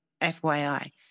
FYI